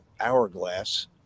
hourglass